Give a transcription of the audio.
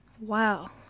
Wow